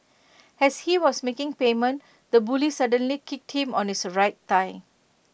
as he was making payment the bully suddenly kicked him on his right thigh